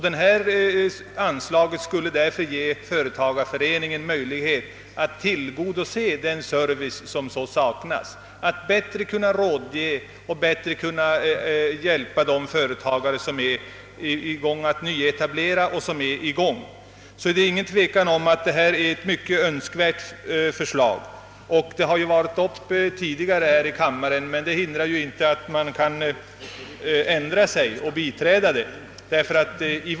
Detta anslag skulle sålunda ge företagarföreningen möjlighet att tillgodose den service som nu saknas, att bättre kunna råda och hjälpa både de företagare som är i färd med att nyetablera och de som redan har startat företag. Det råder ingen tvekan om att det är önskvärt att detta förslag bifalles. Det har tidigare behandlats här i kammaren och då blivit avslaget, men det hindrar inte att man kan ändra sig och nu biträda det.